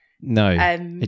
No